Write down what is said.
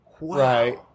right